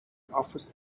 office